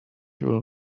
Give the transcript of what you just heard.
will